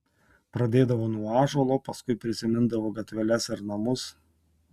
pradėdavo nuo ąžuolo paskui prisimindavo gatveles ir namus